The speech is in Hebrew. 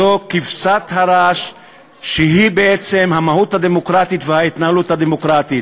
זו כבשת הרש שהיא בעצם המהות הדמוקרטית וההתנהלות הדמוקרטית.